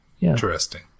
Interesting